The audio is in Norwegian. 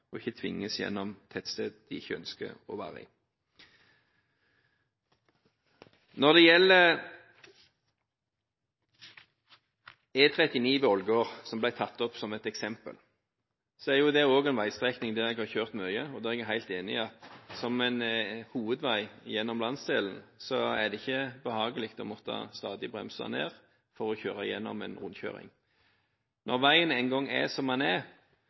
ikke ønsker å være i. Når det gjelder E39 ved Ålgård, som ble tatt opp som et eksempel, er det også en veistrekning der jeg har kjørt mye, og jeg er helt enig i at når den er hovedveien gjennom landsdelen, er det ikke behagelig stadig å måtte bremse ned for å kjøre gjennom en rundkjøring. Når veien engang er som den er,